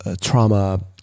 trauma